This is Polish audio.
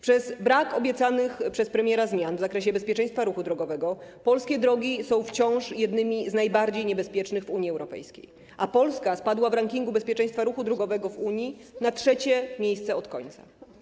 Przez brak obiecanych przez premiera zmian w zakresie bezpieczeństwa ruchu drogowego polskie drogi są wciąż jednymi z najbardziej niebezpiecznych w Unii Europejskiej, a w rankingu bezpieczeństwa ruchu drogowego w Unii Polska spadła na trzecie miejsce od końca.